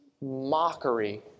mockery